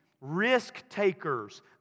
risk-takers